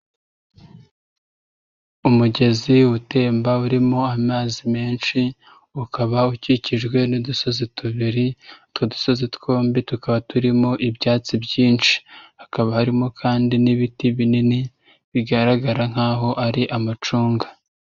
Umugezi utemba urimo amazi menshi, ukaba ukikijwe n'udusozi tubiri, utwo dusozi twombi tukaba turimo ibyatsi byinshi. Hakaba harimo kandi n'ibiti binini, bigaragara nk'aho ari amacunga.